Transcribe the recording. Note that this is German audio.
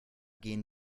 gehen